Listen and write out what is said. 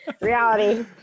Reality